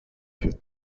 peu